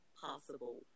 possible